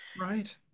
Right